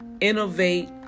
innovate